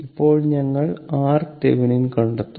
ഇപ്പോൾ ഞങ്ങൾ RThevenin കണ്ടെത്തും